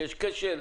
כשיש כשל,